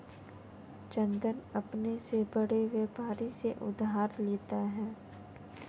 चंदन अपने से बड़े व्यापारी से उधार लेता है